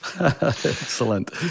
Excellent